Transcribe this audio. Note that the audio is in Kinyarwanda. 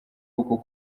uku